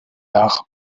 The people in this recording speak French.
art